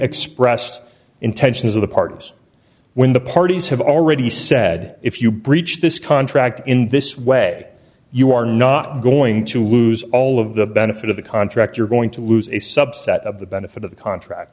expressed intentions of the parties when the parties have already said if you breach this contract in this way you are not going to lose all of the benefit of the contract you're going to lose a subset of the benefit of the contract